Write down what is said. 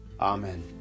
Amen